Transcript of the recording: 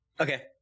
Okay